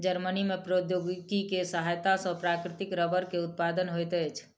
Germany में प्रौद्योगिकी के सहायता सॅ प्राकृतिक रबड़ के उत्पादन होइत अछि